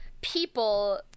people